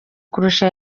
kurusha